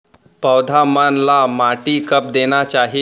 पौधा मन ला माटी कब देना चाही?